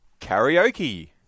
karaoke